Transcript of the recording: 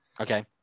Okay